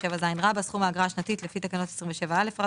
27ז.סכום האגרה השנתית לפי תקנות 27א,